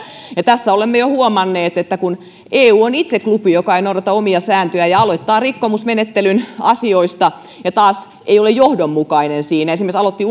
tässä olemme jo huomanneet että eu itse on klubi joka ei noudata omia sääntöjään ja aloittaa rikkomusmenettelyn asioista mutta ei ole johdonmukainen siinä esimerkiksi aloitti